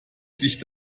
sich